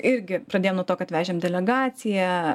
irgi pradėjom nuo to kad vežėm delegaciją